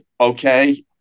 okay